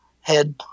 head